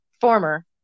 former